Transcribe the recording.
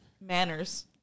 manners